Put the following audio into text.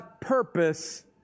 purpose